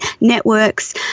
Networks